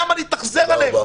למה להתאכזר אליהם?